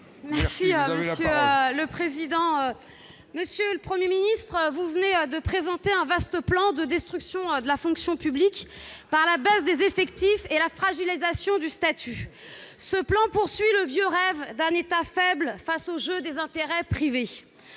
le Sénat ce matin. Monsieur le Premier ministre, vous venez de présenter un vaste plan de destruction de la fonction publique par la baisse des effectifs et la fragilisation du statut. Ce plan poursuit le vieux rêve d'un État faible face au jeu des intérêts privés.